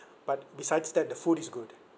but besides that the food is good